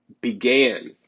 began